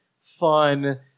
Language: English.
fun